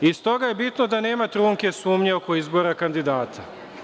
Iz toga je bitno da nema trunke sumnje oko izbora kandidata.